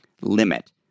limit